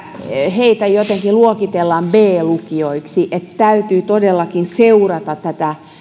jotka jotenkin luokitellaan b lukioiksi täytyy todellakin seurata